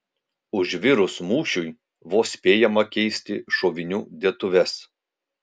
užvirus mūšiui vos spėjama keisti šovinių dėtuves